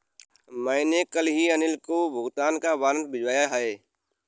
मैंने कल ही अनिल को भुगतान का वारंट भिजवाया है